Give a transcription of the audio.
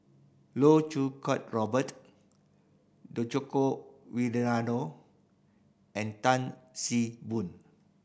Loh Choo Kiat Robert Djoko Wibisono and Tan See Boon